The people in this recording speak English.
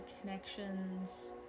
connections